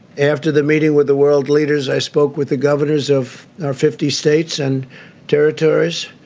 after that meeting with the world leaders, i spoke with the governors of our fifty states and territories.